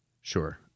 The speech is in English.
Sure